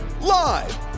Live